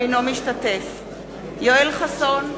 אינו משתתף בהצבעה יואל חסון,